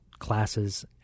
classes